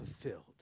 fulfilled